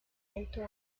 into